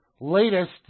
Latest